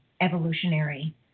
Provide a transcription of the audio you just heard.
evolutionary